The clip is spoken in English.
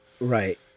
right